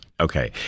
Okay